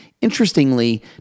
Interestingly